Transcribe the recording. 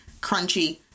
crunchy